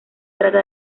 trata